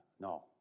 No